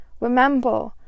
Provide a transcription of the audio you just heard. Remember